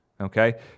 okay